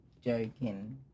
joking